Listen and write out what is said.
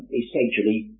essentially